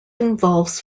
involves